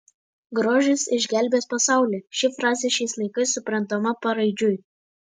grožis išgelbės pasaulį ši frazė šiais laikais suprantama paraidžiui